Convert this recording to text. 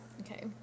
Okay